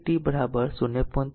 3 second પર તેથી અહીં t 0